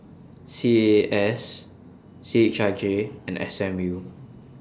C A A S C H I J and S M U